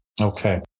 Okay